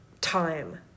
time